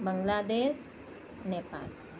بنگلہ دیش نیپال